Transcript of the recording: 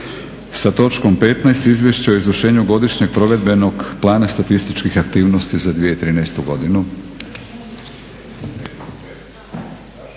sa točkom 15. Izvješće o izvršenju Godišnjeg provedbenog plana statističkih aktivnosti za 2013. godinu.